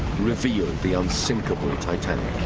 revealed the unsinkable titanic.